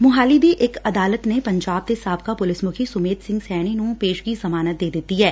ਸੋਹਾਲੀ ਦੀ ਇਕ ਅਦਾਲਤ ਨੇ ਪੰਜਾਬ ਦੇ ਸਾਬਕਾ ਪੁਲਿਸ ਮੁਖੀ ਸੁਮੇਧ ਸਿੰਘ ਸੈਣੀ ਨੂੰ ਪੇਸ਼ਗੀ ਜ਼ਮਾਨਤ ਦੇ ਦਿੱਤੀ ਐ